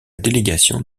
délégation